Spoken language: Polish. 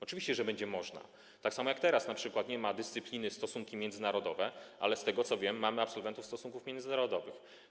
Oczywiście, że będzie można, tak samo jak teraz np. nie ma dyscypliny stosunki międzynarodowe, ale z tego, co wiem, mamy absolwentów stosunków międzynarodowych.